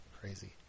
crazy